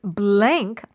blank